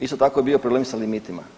Isto tako je bio problem i sa limitima.